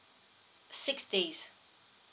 six days